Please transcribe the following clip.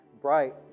bright